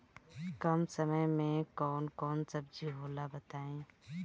कम समय में कौन कौन सब्जी होला बताई?